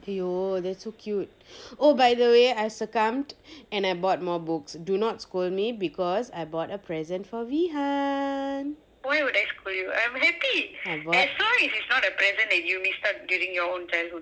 !aiyo! that's so cute oh by the way I succumbed and I bought more books do not scold me because I bought a present for veehan